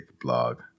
Blog